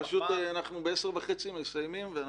פשוט ב-10:30 אנחנו מסיימים.